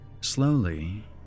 Slowly